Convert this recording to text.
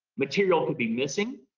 material could be missing.